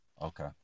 okay